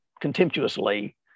contemptuously